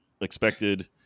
Expected